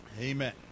Amen